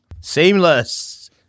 Seamless